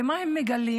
ומה הם מגלים?